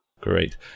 Great